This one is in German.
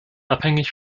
abhängig